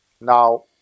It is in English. Now